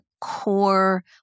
core